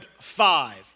five